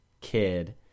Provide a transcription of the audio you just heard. kid